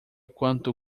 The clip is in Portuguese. quanto